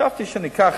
חשבתי שניקח